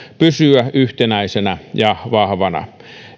pysyä yhtenäisenä ja vahvana